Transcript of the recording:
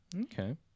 Okay